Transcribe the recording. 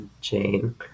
Jane